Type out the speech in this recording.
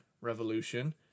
Revolution